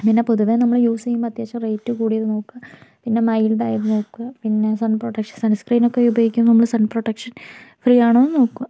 പിന്നേ പൊതുവേ നമ്മള് യൂസ് ചെയ്യുമ്പോൾ അത്യാവശ്യ റേറ്റ് കൂടിയത് നോക്കുക പിന്നേ മൈൽഡ് ആയത് നോക്കുക പിന്നേ സൺ പ്രൊട്ടക്ഷൻ സൺസ്ക്രീൻ ഒക്കേ ഉപയോഗിക്കുമ്പോൾ നമ്മള് സൺ പ്രൊട്ടക്ഷൻ ഫ്രീയാണോന്ന് നോക്കുക